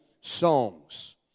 songs